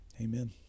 amen